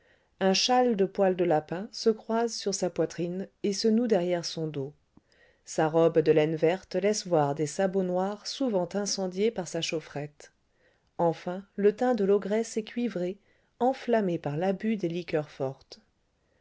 un châle de poil de lapin se croise sur sa poitrine et se noue derrière son dos sa robe de laine verte laisse voir des sabots noirs souvent incendiés par sa chaufferette enfin le teint de l'ogresse est cuivré enflammé par l'abus des liqueurs fortes